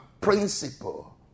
principle